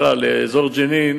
לאזור ג'נין